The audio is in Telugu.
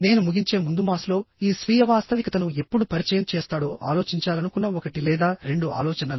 నేను ముగించే ముందు మాస్లో ఈ స్వీయ వాస్తవికతను ఎప్పుడు పరిచయం చేస్తాడో ఆలోచించాలనుకున్న ఒకటి లేదా రెండు ఆలోచనలు